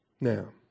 Now